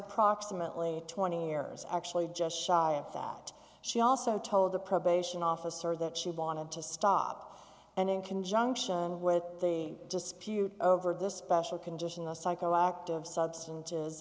approximately twenty errors actually just shy of that she also told the probation officer that she wanted to stop and in conjunction with the dispute over this special condition the psychoactive substances